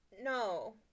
no